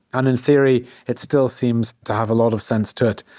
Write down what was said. and in theory, it still seems to have a lot of sense to it,